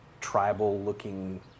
tribal-looking